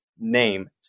name